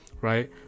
right